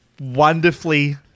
Wonderfully